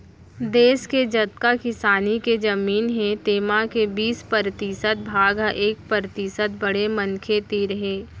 देस के जतका किसानी के जमीन हे तेमा के बीस परतिसत भाग ह एक परतिसत बड़े मनखे तीर हे